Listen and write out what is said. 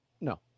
No